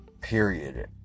period